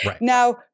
Now